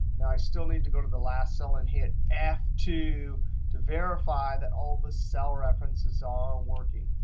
now, i still need to go to the last cell and hit f two to verify that all the cell references are working,